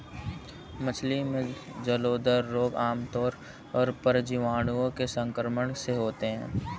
मछली में जलोदर रोग आमतौर पर जीवाणुओं के संक्रमण से होता है